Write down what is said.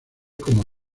como